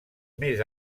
més